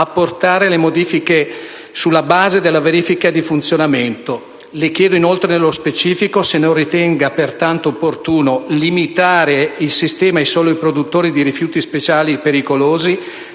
apportare le modifiche sulla base della verifica di funzionamento. Le chiedo inoltre nello specifico se non ritenga pertanto opportuno limitare il sistema ai soli produttori di rifiuti speciali pericolosi,